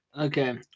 Okay